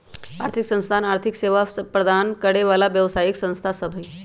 आर्थिक संस्थान आर्थिक सेवा प्रदान करे बला व्यवसायि संस्था सब होइ छै